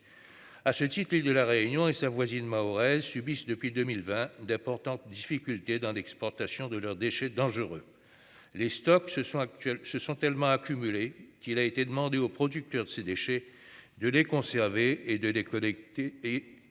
À ce titre, île de la Réunion et sa voisine mahoraises subissent depuis 2020 d'importantes difficultés dans l'exportation de leurs déchets dangereux. Les stocks se sont actuel se sont tellement accumulées, qu'il a été demandé aux producteurs de ces déchets, de les conserver et de déconnecter et des collègues